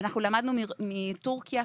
ולמדנו כל מיני דברים מטורקיה.